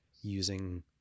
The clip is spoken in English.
using